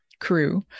crew